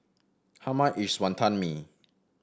how much is Wantan Mee